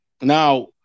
Now